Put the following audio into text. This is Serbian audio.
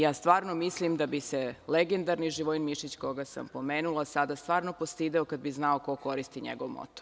Ja stvarno mislim da bi se legendarni Živojin Mišić, koga sam pomenula, sada stvarno postideo kada bi znao ko koristi njegov moto.